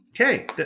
Okay